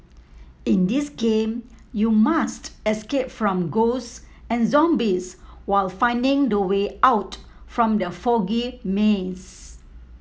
in this game you must escape from ghosts and zombies while finding the way out from the foggy maze